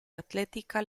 atletica